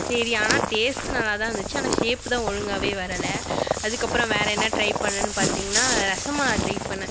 சரி ஆனால் டேஸ்ட் நல்லா தான் இருந்துச்சு ஆனால் ஷேப் தான் ஒழுங்காவே வரலை அதுக்கு அப்புறம் வேறு என்ன ட்ரை பண்ணேன்னு பார்த்திங்கன்னா ரசமலாய் ட்ரை பண்ணிணேன்